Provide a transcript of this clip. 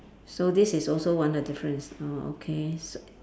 so this is also one the difference oh okay